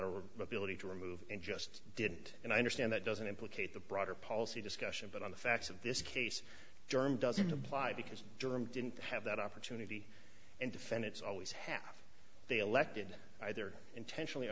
unilateral ability to remove and just did and i understand that doesn't implicate the broader policy discussion but on the facts of this case jerm doesn't apply because durham didn't have that opportunity and defend it's always have they elected either intentionally or